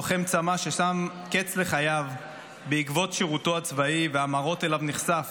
לוחם צמ"ה ששם קץ לחייו בעקבות שירותו הצבאי והמראות שאליהם נחשף